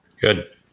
good